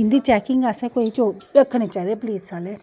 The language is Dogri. इंदी चैकिंग आस्तै रक्खने चाहिदे पलीस आह्ले